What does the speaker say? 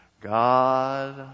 God